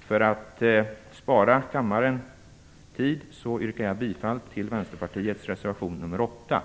För att spara kammarens tid yrkar jag bifall till Vänsterpartiets reservation nr 8.